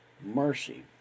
Mercy